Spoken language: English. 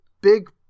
big